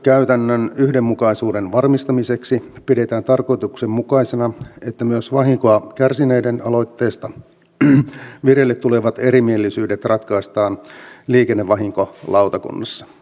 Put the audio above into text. ratkaisukäytännön yhdenmukaisuuden varmistamiseksi pidetään tarkoituksenmukaisena että myös vahinkoa kärsineiden aloitteesta vireille tulevat erimielisyydet ratkaistaan liikennevahinkolautakunnassa